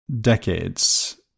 decades